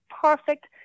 perfect